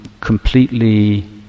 completely